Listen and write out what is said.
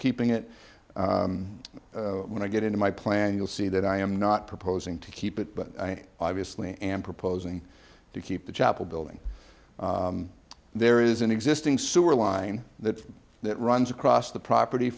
keeping it when i get into my plan you'll see that i am not proposing to keep it but i obviously am proposing to keep the chapel building there is an existing sewer line that that runs across the property